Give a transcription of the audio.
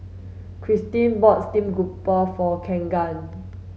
Christine bought stream grouper for Keagan